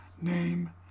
name